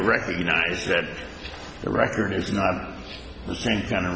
recognize that the record is not the same kind of